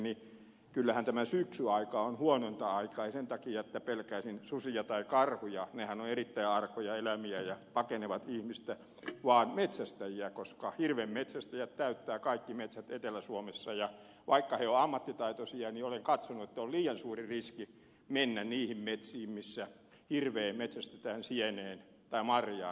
että kyllähän tämä syksyaika on huonointa aikaa ei sen takia että pelkäisin susia tai karhuja nehän ovat erittäin arkoja eläimiä ja pakenevat ihmistä vaan sen takia että pelkään metsästäjiä koska hirven metsästäjät täyttävät kaikki metsät etelä suomessa ja vaikka he ovat ammattitaitoisia niin olen katsonut että on liian suuri riski mennä niihin metsiin missä hirveä metsästetään sieneen tai marjaan